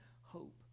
hope